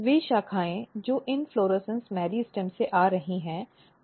वे शाखाएँ जो inflorescence meristem से आ रही हैं उनकी अनिश्चित प्रकृति है